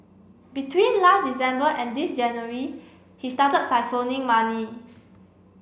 between last December and this January he started siphoning money